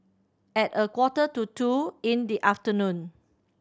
at a quarter to two in the afternoon